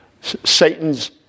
Satan's